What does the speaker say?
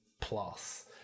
plus